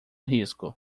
risco